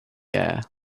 air